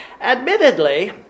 Admittedly